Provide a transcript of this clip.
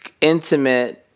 intimate